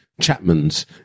Chapman's